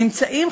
נמצאים,